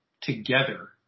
together